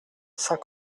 saint